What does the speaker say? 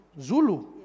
Zulu